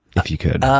if you could.